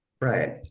Right